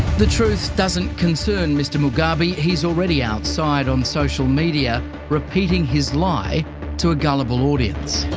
the truth doesn't concern mr. mugabe. he's already outside on social media repeating his lie to a gullible audience.